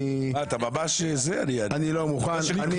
אני לא מוכן.